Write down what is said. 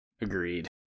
Agreed